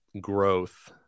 growth